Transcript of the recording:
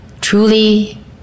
truly